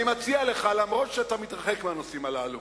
אני מציע לך, למרות שאתה מתרחק מהנושאים הללו,